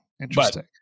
Interesting